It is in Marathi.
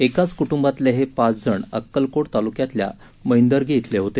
एकाच कुटुंबातले हे पाच जण अक्कलकोट तालुक्यातल्या मैंदर्गी इथले होते